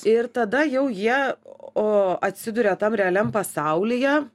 ir tada jau jie o atsiduria tam realiam pasaulyje